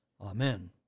Amen